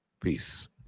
Peace